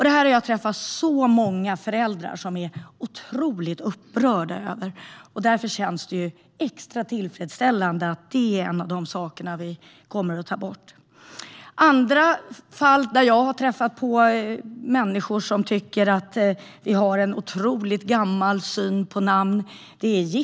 Detta har jag träffat många föräldrar som är otroligt upprörda över. Därför känns det extra tillfredsställande att det är en av de saker som vi kommer att ändra på. Jag har också träffat människor som tycker att vi har en otroligt gammal syn på namn.